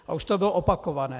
A už to bylo opakované.